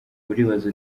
uribaza